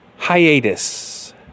Hiatus